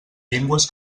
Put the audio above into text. llengües